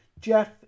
Jeff